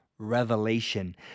revelation